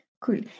Cool